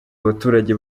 abaturage